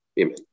Amen